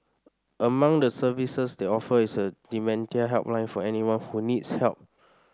among the services they offer is a dementia helpline for anyone who needs help